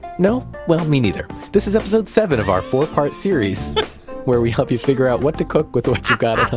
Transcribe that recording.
no? well me neither. this is episode seven of our four part series where we help you figure out what to cook with what you got at home